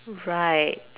right